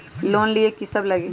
Loan लिए की सब लगी?